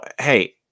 hey